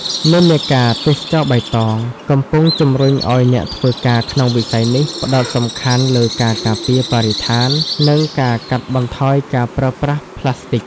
និន្នាការ "ទេសចរណ៍បៃតង" កំពុងជំរុញឱ្យអ្នកធ្វើការក្នុងវិស័យនេះផ្តោតសំខាន់លើការការពារបរិស្ថាន និងការកាត់បន្ថយការប្រើប្រាស់ផ្លាស្ទិក។